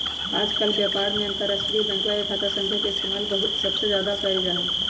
आजकल व्यापार में अंतर्राष्ट्रीय बैंकवा के खाता संख्या के इस्तेमाल सबसे ज्यादा कइल जाहई